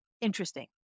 interesting